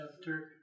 chapter